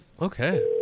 Okay